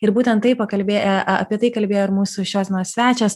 ir būtent taip pakalbėję apie tai kalbėjo ir mūsų šios dienos svečias